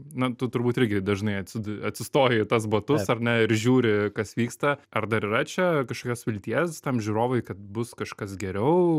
na tu turbūt irgi dažnai atsiduri atsistoji į tuos batus ar ne ir žiūri kas vyksta ar dar yra čia kažkokios vilties tam žiūrovui kad bus kažkas geriau